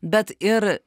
bet ir